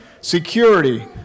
security